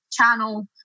channel